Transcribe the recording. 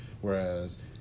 Whereas